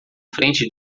frente